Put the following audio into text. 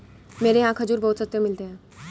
मेरे यहाँ खजूर बहुत सस्ते मिलते हैं